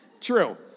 true